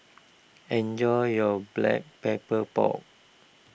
enjoy your Black Pepper Pork